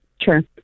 Sure